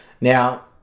now